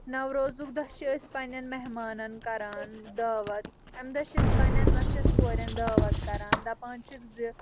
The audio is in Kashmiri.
نوروزُک دۄہ چھِ أسۍ پننٮ۪ن مہمانن کران دعوت امہِ دۄہ چھِ أسۍ پننٮ۪ن نۄشٮ۪ن کورٮ۪ن دعوت کران دپان چھِکھ زِ